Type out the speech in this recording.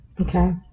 Okay